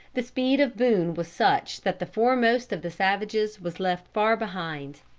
the speed of boone was such that the foremost of the savages was left far behind.